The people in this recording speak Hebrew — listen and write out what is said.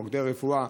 מוקדי רפואה,